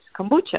kombucha